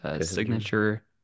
signature